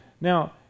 Now